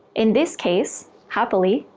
in this case, happily,